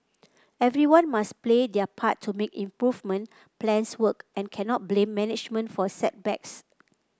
everyone must play their part to make improvement plans work and cannot blame management for setbacks